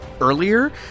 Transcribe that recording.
earlier